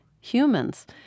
humans